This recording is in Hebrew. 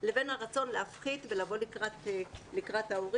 לבין הרצון להפחית ולבוא לקראת ההורים